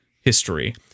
history